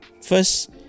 first